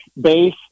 base